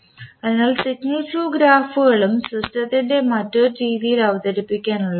അതിനാൽ signal flow ഗ്രാഫുകളും സിസ്റ്റത്തിനെ മറ്റൊരു രീതിയിൽ അവതരിപ്പിക്കാൻ ഉള്ളവയാണ്